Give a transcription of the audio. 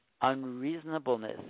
unreasonableness